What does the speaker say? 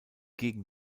gegen